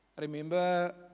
remember